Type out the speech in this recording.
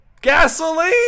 Gasoline